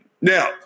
Now